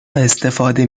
استفاده